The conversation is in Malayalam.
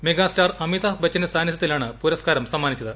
മെഗാസ്റ്റാർ അമിതാഭ് ബച്ചന്റെ സാന്നിധ്യത്തിലാണ് പുരസ്ക്കാരം സമ്മാനിച്ചത്